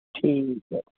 ਠੀਕ ਹੈ